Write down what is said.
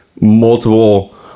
multiple